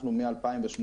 אנחנו מ-2018,